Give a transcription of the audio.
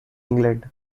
england